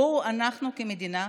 בואו גם אנחנו, כמדינה,